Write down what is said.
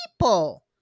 people